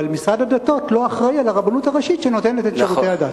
אבל משרד הדתות לא אחראי לרבנות הראשית שנותנת את שירותי הדת.